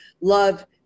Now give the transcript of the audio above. love